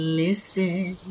listen